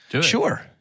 Sure